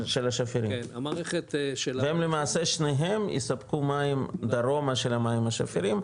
של השפירים והם למעשה שניהם יספקו מים דרומה של המים השפירים,